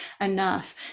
enough